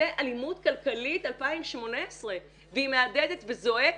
זו אלימות כלכלית 2018. והיא מהדהדת וזועקת.